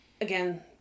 again